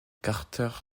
carter